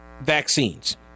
vaccines